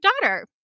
daughter